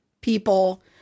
people